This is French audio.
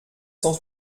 cent